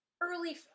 early